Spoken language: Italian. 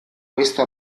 questo